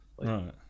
Right